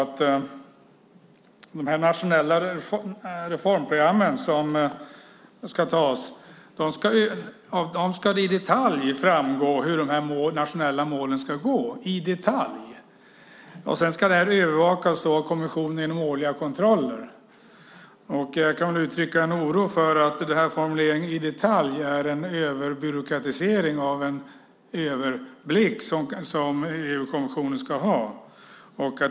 Av de nationella reformprogrammen som ska antas ska det i detalj framgå hur de nationella målen ska genomföras - i detalj. Sedan ska det övervakas av kommissionen genom årliga kontroller. Jag kan uttrycka en oro för att formuleringen "i detalj" är en överbyråkratisering av en överblick som EU-kommissionen ska ha.